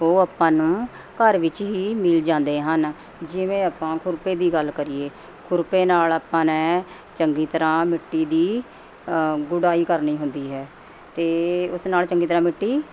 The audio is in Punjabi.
ਉਹ ਆਪਾਂ ਨੂੰ ਘਰ ਵਿੱਚ ਹੀ ਮਿਲ ਜਾਂਦੇ ਹਨ ਜਿਵੇਂ ਆਪਾਂ ਖੁਰਪੇ ਦੀ ਗੱਲ ਕਰੀਏ ਖੁਰਪੇ ਨਾਲ ਆਪਾਂ ਨੇ ਚੰਗੀ ਤਰ੍ਹਾਂ ਮਿੱਟੀ ਦੀ ਗੁਡਾਈ ਕਰਨੀ ਹੁੰਦੀ ਹੈ ਅਤੇ ਉਸ ਨਾਲ ਚੰਗੀ ਤਰ੍ਹਾਂ ਮਿੱਟੀ